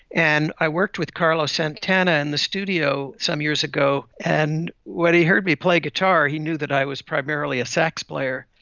and i worked with carlos santana in the studio some years ago, and when he heard me play guitar he knew that i was primarily a sax player.